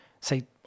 say